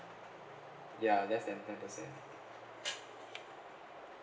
ya less than ten percent